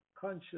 conscious